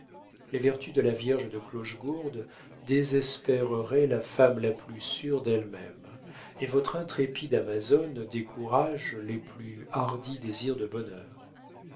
les vertus de la vierge de clochegourde désespéreraient la femme la plus sûre d'elle-même et votre intrépide amazone décourage les plus hardis désirs de bonheur